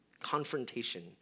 confrontation